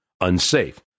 unsafe